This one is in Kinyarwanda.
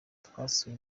twasuye